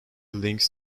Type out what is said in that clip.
links